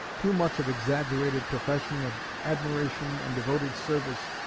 too much of exaggerated profession of admiration and devoted service,